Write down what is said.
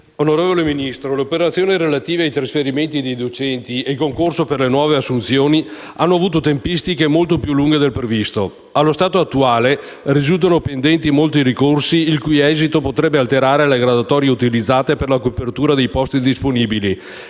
onorevole Ministro, le operazioni relative ai trasferimenti dei docenti ed il concorso per le nuove assunzioni hanno avuto tempistiche molto più lunghe del previsto. Allo stato attuale, risultano pendenti molti ricorsi, il cui esito potrebbe alterare le graduatorie utilizzate per la copertura dei posti disponibili,